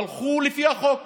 הם הלכו לפי החוק